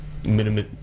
minimum